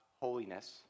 holiness